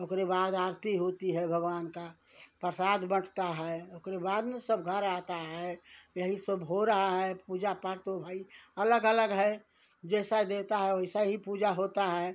ओकरे बाद आरती होती है भगवान का परसाद बँटता है ओकरे बाद में सब घर आता है यही सब हो रहा है पूजा पाठ तो भई अलग अलग है जैसा देता है ओइसा ही पूजा होता है